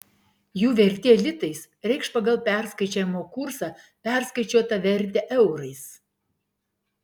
jų vertė litais reikš pagal perskaičiavimo kursą perskaičiuotą vertę eurais